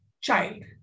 child